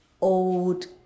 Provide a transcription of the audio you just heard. old